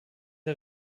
der